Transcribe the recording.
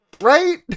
right